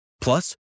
Plus